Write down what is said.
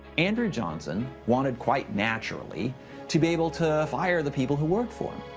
andrew johnson wanted quite naturally to be able to fire the people who worked for him.